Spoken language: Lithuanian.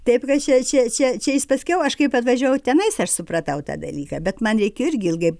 taip kad čia čia čia čia jis paskiau aš kaip atvažiavau tenais aš supratau tą dalyką bet man reikėjo irgi ilgai